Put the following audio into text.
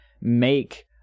make